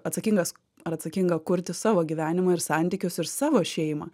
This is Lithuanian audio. atsakingas ar atsakinga kurti savo gyvenimą ir santykius ir savo šeimą